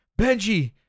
Benji